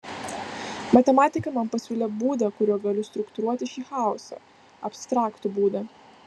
matematika man pasiūlė būdą kuriuo galiu struktūruoti šį chaosą abstraktų būdą